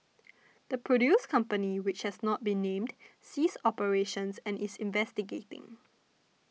the produce company which has not been named ceased operations and is investigating